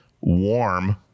warm